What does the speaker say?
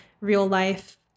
real-life